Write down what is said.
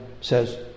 says